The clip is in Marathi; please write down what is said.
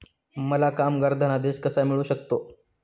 मला कामगार धनादेश कसा मिळू शकतो?